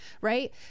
right